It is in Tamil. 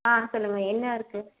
ஆ சொல்லுங்கள் என்ன இருக்குது